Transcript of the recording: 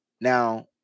Now